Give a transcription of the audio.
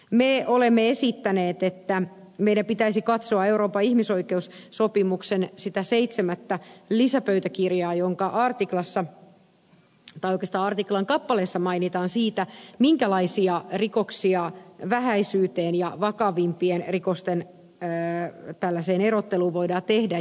me olemme esittäneet että meidän pitäisi katsoa sitä euroopan ihmisoikeussopimuksen seitsemättä lisäpöytäkirjaa jonka artiklan kappaleessa mainitaan siitä minkälaisia tulkintoja vähäisten ja vakavampien rikosten erottelussa voidaan tehdä